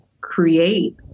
create